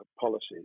policies